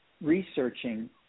researching